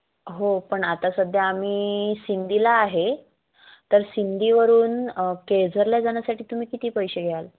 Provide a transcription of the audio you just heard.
हो पण आता सध्या आम्ही सिंधीला आहे तर सिंधीवरून केळझरला जाण्यासाठी तुम्ही किती पैसे घ्याल